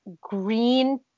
green